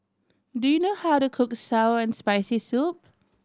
do you know how to cook sour and Spicy Soup